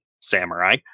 samurai